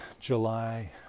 July